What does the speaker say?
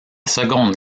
seconde